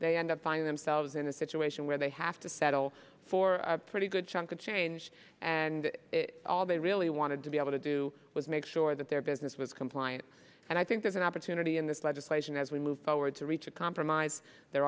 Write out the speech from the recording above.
they end up finding themselves in a situation where they have to settle for a pretty good chunk of change and all they really wanted to be able to do was make sure that their business was compliant and i think there's an opportunity in this legislation as we move forward to reach a compromise there